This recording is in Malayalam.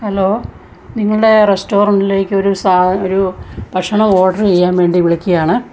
ഹലോ നിങ്ങളുടെ റസ്റ്റോറന്റിലേക്കൊരു സാ ഒരു ഭക്ഷണം ഓഡർ ചെയ്യാൻ വേണ്ടി വിളിക്കയാണ്